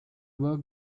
work